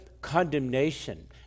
condemnation